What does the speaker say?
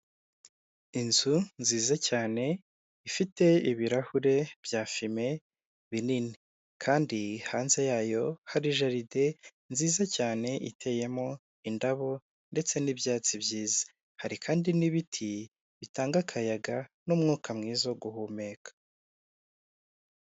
Inzu nziza cyane ifite ibirahure bya fume binini, kandi hanze yayo hari jaride nziza cyane, iteyemo indabo ndetse n'ibyatsi byiza, hari kandi n'ibiti bitanga akayaga n'umwuka mwiza wo guhumeka.